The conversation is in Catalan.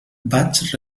vaig